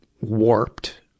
warped